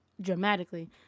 dramatically